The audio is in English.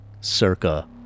circa